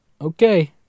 okay